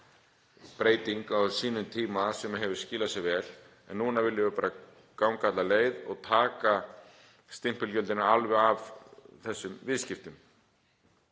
breyting á sínum tíma sem hefur skilað sér vel. En núna viljum við ganga alla leið og taka stimpilgjöldin alveg af þessum viðskiptum.